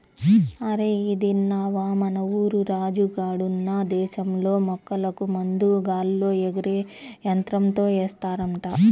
అరేయ్ ఇదిన్నవా, మన ఊరు రాజు గాడున్న దేశంలో మొక్కలకు మందు గాల్లో ఎగిరే యంత్రంతో ఏస్తారంట